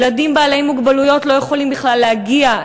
ילדים בעלי מוגבלויות לא יכולים בכלל להגיע,